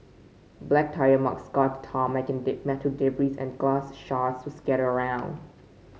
black tyre marks scarred the tarmac and metal debris and glass shards were scattered all around